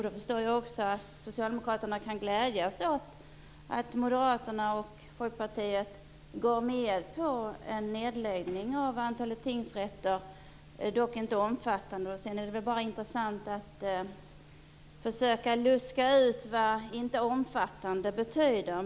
Då förstår jag också att Socialdemokraterna kan glädjas åt att Moderaterna och Folkpartiet går med på en nedläggning av antalet tingsrätter, dock inte omfattande. Sedan är det väl bara intressant att försöka luska ut vad "inte omfattande" betyder.